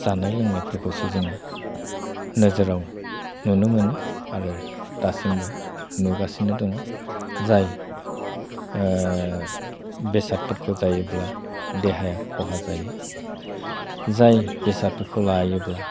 जानाय लोंनायफोरखौसो जोङो नोजोराव नुनो मोनो आरो दासिमबो नुगासिनो दङ जाय बेसादफोरखौ जायोब्ला देहाया खहा जायो जाय बेसादफोरखौ लायोब्ला